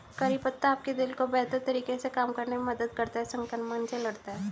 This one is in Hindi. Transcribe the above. करी पत्ता आपके दिल को बेहतर तरीके से काम करने में मदद करता है, संक्रमण से लड़ता है